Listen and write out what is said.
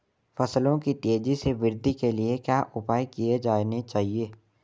फसलों की तेज़ी से वृद्धि के लिए क्या उपाय किए जाने चाहिए?